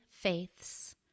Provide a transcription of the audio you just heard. faiths